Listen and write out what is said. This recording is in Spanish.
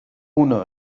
uno